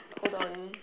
hold on